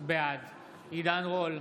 בעד עידן רול,